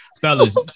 Fellas